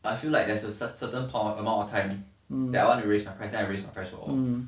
I feel like there's a cer~ certain amount of time that I want to raise my price then I raise my price for all